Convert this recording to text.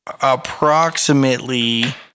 approximately